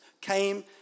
came